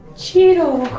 cheeto.